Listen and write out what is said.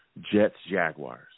Jets-Jaguars